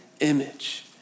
image